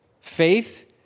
Faith